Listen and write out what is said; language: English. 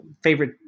favorite